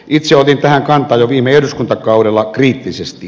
itse otin tähän kantaa jo viime eduskuntakaudella kriittisesti